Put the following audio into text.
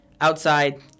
outside